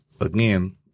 again